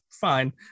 fine